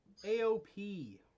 AOP